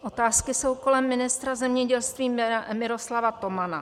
Otázky jsou kolem ministra zemědělství Miroslava Tomana.